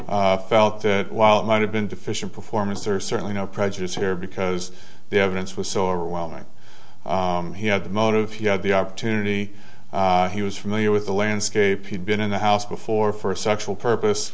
both felt that while it might have been deficient performance or certainly no prejudice here because the evidence was so overwhelming he had the motive he had the opportunity he was from the year with a landscape he'd been in the house before for a sexual purpose